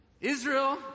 Israel